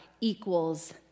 equals